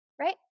right